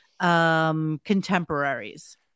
contemporaries